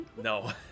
No